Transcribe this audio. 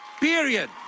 period